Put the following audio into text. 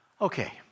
Okay